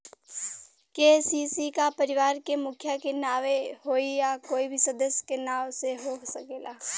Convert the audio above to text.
KCC का परिवार के मुखिया के नावे होई या कोई भी सदस्य के नाव से हो सकेला?